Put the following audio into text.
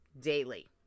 daily